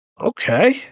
Okay